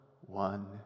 one